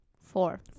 Four